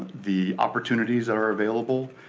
the opportunities are available,